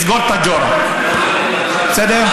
בסדר?